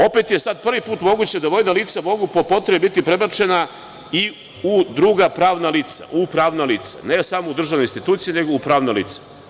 Opet je sada prvi put moguće da vojna lica mogu po potrebi biti prebačena i u druga pravna lica, ne samo u državne institucije, nego u pravna lica.